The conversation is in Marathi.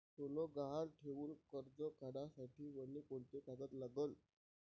सोनं गहान ठेऊन कर्ज काढासाठी मले कोंते कागद लागन?